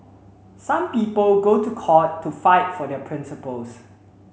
some people go to court to fight for their principles